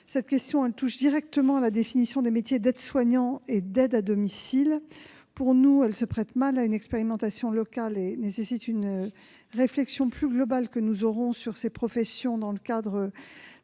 Cela touche directement la définition des métiers d'aide-soignant et d'aide à domicile. Pour nous, une telle mesure se prête mal à une expérimentation locale et nécessite une réflexion plus globale que nous aurons sur ces professions dans le cadre de la